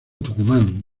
tucumán